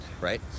right